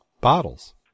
bottles